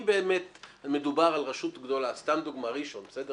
אם מדובר על רשות גדולה, לדוגמה ראשון לציון